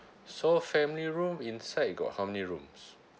so family room inside got how many rooms